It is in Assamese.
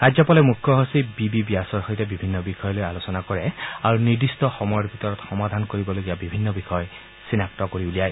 ৰাজ্যপালে মুখ্য সচিব বি বি ব্যাসৰ সৈতে বিভিন্ন বিষয় লৈ আলোচনা কৰে আৰু নিৰ্দিষ্ট সময়ৰ ভিতৰত সমাধান কৰিবলগীয়া বিভিন্ন বিষয় চিনাক্ত কৰি উলিয়ায়